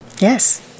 Yes